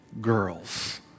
girls